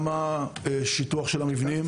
גם השיטוח של המבנים,